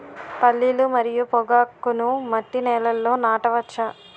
పల్లీలు మరియు పొగాకును మట్టి నేలల్లో నాట వచ్చా?